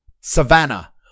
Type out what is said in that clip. Savannah